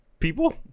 People